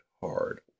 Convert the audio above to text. hard